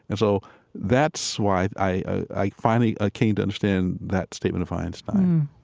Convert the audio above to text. and so that's why i finally ah came to understand that statement of einstein